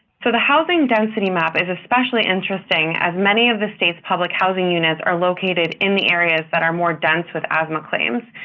so, the housing density map is especially interesting as many of the state's public housing units are located in the areas that are more dense with asthma claims,